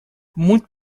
muita